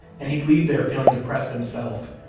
and he'd leave there feeling depressed himself.